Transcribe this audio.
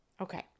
okay